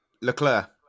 Leclerc